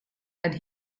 and